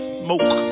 smoke